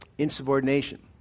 Insubordination